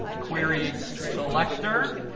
queryselector.